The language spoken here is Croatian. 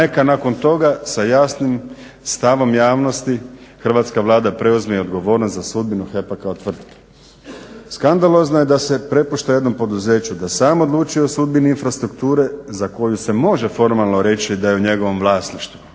neka nakon toga sa jasnim stavom javnosti hrvatska Vlada preuzme i odgovornost za sudbinu HEP-a kao tvrtke. Skandalozno je da se prepušta jednom poduzeću da sam odlučuje o sudbini infrastrukture za koju se može formalno reći da je u njegovom vlasništvu.